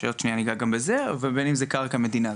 שעוד שנייה ניגע גם בזה ובין אם זו קרקע מדינה.